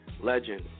Legend